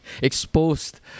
Exposed